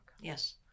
Yes